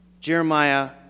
Jeremiah